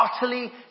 utterly